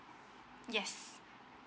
yes